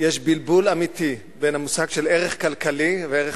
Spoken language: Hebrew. יש בלבול אמיתי בין המושג ערך כלכלי לערך